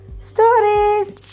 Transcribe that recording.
stories